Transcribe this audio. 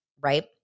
right